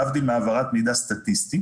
להבדיל מהעברת מידע סטטיסטי,